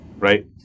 right